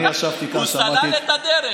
תראו, אני עכשיו שמעתי, הוא סלל את הדרך.